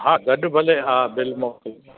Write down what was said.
हा गॾु भले हा बिल मोकिलिजो